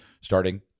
starting